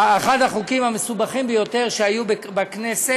זה אחד החוקים המסובכים ביותר שאני מכיר שהיו בכנסת.